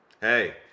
Hey